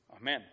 Amen